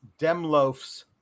Demloafs